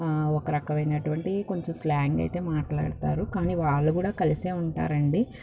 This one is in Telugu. ఒక రకమైనటువండి కొంచెం స్లాంగ్ అయితే మాట్లాడుతారు కానీ వాళ్ళు కూడా కలిసే ఉంటారండి